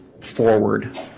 forward